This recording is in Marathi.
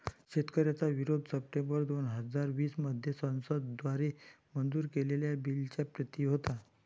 शेतकऱ्यांचा विरोध सप्टेंबर दोन हजार वीस मध्ये संसद द्वारे मंजूर केलेल्या बिलच्या प्रति होता